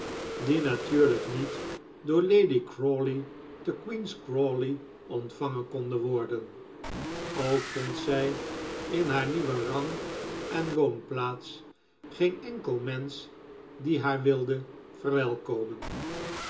die natuurlijk niet door lady crawley te queen's crawley ontvangen konden worden ook vond zij in haar nieuwen rang en woonplaats geen enkel mensch die haar wilde verwelkomen